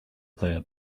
player